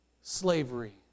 slavery